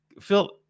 Phil